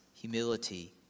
humility